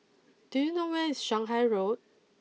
do you know where is Shanghai Road